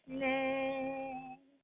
name